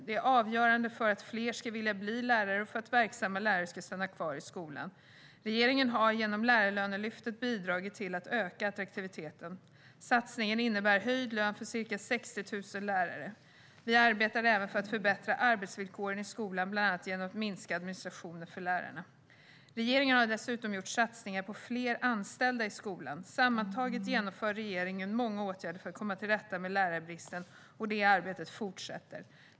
Det är avgörande för att fler ska vilja bli lärare och för att verksamma lärare ska stanna kvar i skolan. Regeringen har genom lärarlönelyftet bidragit till att öka attraktiviteten. Satsningen innebär höjd lön för ca 60 000 lärare. Vi arbetar även för att förbättra arbetsvillkoren i skolan, bland annat genom att minska administrationen för lärarna. Regeringen har dessutom gjort satsningar på fler anställda i skolan. Sammantaget genomför regeringen många åtgärder för att komma till rätta med lärarbristen, och det arbetet fortsätter.